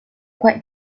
quite